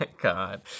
God